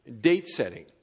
Date-setting